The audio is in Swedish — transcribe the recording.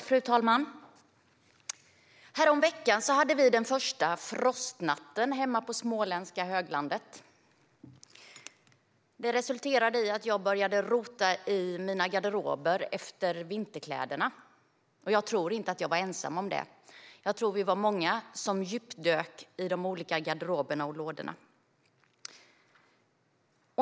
Fru talman! Häromveckan hade vi den första frostnatten hemma på småländska höglandet. Det resulterade i att jag började rota i mina garderober efter vinterkläderna, och jag tror inte att jag var ensam om det. Jag tror att vi var många som djupdök i de olika garderoberna och lådorna.